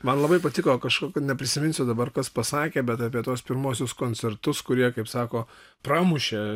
man labai patiko kažkokiu neprisiminsiu dabar kas pasakė bet apie tuos pirmuosius koncertus kurie kaip sako pramušė